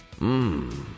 Mmm